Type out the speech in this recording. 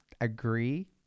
agree